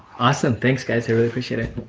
awesome. thanks, guys. i really appreciate it